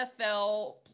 NFL